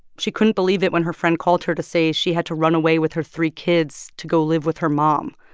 she couldn't believe it when her friend called her to say she had to run away with her three kids to go live with her mom.